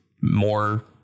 more